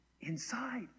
Inside